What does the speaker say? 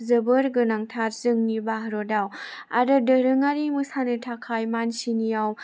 जोबोद गोनांथार जोंनि भारताव आरो दोरोंआरि मोसानो थाखाय मानसिनियाव